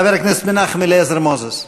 חבר הכנסת מנחם אליעזר מוזס.